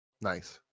Nice